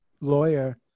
lawyer